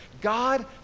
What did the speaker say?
God